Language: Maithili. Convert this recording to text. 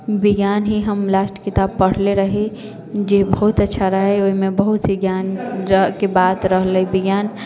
विज्ञान ही हम लास्ट किताब पढ़ले रहि जे बहुत अच्छा रहै ओहिमे बहुतसँ ज्ञानके बात रहलै विज्ञान